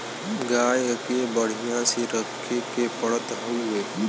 गाय के बढ़िया से रखे के पड़त हउवे